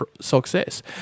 success